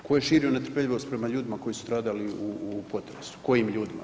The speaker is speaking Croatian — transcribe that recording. Tko je širio netrpeljivost prema ljudima koji su stradali u potresu, kojim ljudima?